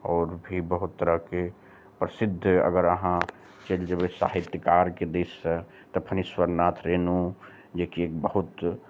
आओर भी बहुत तरहके प्रसिद्ध अगर आहाँ चैलि जेबै साहित्यकारके दिस सऽ तऽ फणीश्वरनाथ रेणु जेकि बहुत